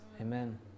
Amen